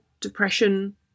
depression